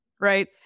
right